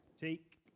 Take